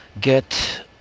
get